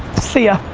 see ya.